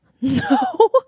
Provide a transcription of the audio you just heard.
No